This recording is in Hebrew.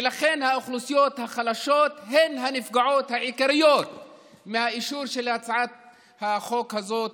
ולכן האוכלוסיות החלשות הן הנפגעות העיקריות מהאישור של הצעת החוק הזאת,